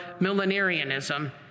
millenarianism